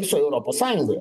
visoje europos sąjungoje